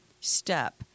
step